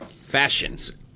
Fashions